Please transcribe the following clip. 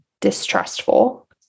distrustful